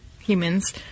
humans